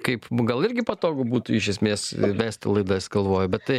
kaip gal irgi patogu būtų iš esmės vesti laidas galvoju bet tai